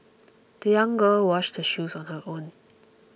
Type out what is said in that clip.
the young girl washed her shoes on her own